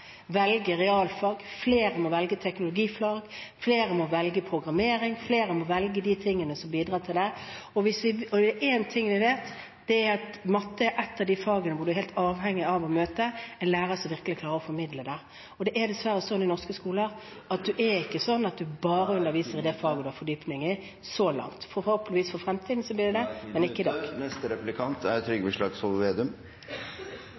realfag. Flere må velge teknologifag, flere må velge programmering – flere må velge de tingene som bidrar til det. Er det én ting vi vet, er det at matematikk er et av de fagene hvor man er helt avhengig av å møte en lærer som virkelig klarer å formidle det. Det er dessverre ikke slik i norske skoler at man bare … Tiden er ute. … underviser i det faget man har fordypning i, så langt. Forhåpentligvis blir det slik i fremtiden, men ikke i dag. Tiden er ute. Neste replikant er Trygve Slagsvold Vedum.